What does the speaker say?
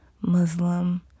Muslim